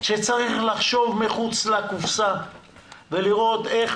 שצריך לחשוב מחוץ לקופסה ולראות איך